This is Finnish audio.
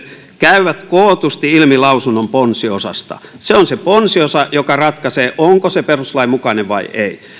käyvät kootusti ilmi lausunnon ponsiosasta se on se ponsiosa joka ratkaisee onko se perustuslain mukainen vai ei